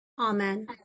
Amen